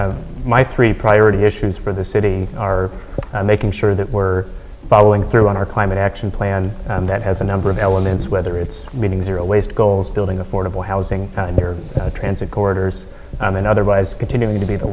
hosting my three priority issues for the city are making sure that we're following through on our climate action plan that has a number of elements whether it's meetings are a waste goals building affordable housing transit corridors and otherwise continue to be the